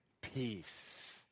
peace